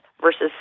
versus